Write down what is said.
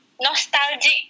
nostalgic